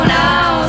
now